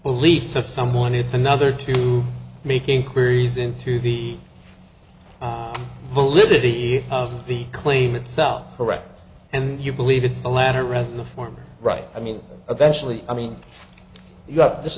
beliefs of someone it's another to make inquiries into the validity of the claim itself correct and you believe it's the latter read the former right i mean eventually i mean you got this